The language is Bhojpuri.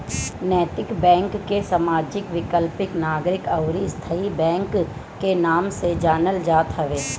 नैतिक बैंक के सामाजिक, वैकल्पिक, नागरिक अउरी स्थाई बैंक के नाम से जानल जात हवे